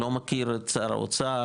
לא מכיר את שר האוצר,